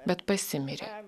bet pasimirė